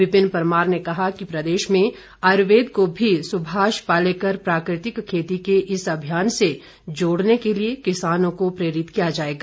विपिन परमार ने कहा कि प्रदेश में आयुर्वेद को भी सुभाष पालेकर प्राकृतिक खेली के इस अभियान से जोड़ने के लिए किसानों को प्रेरित किया जाएगा